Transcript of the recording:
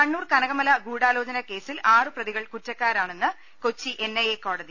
കണ്ണൂർ കനകമല ഗൂഢാലോചനാക്കേസിൽ ആറുപ്രതികൾ കുറ്റക്കാരാണെന്ന് കൊച്ചി എൻ ഐ എ കോടതി